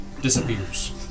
Disappears